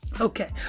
Okay